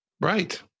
Right